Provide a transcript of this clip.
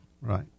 Right